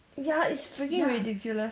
ya it's freaking ridiculous